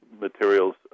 materials